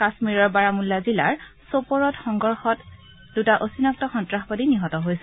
কাশ্মীৰৰ বাৰামুল্লা জিলাৰ ছ'পৰত সংঘৰ্ষত দুটা অচিনাক্ত সন্ত্ৰাসবাদী নিহত হৈছে